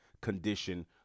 condition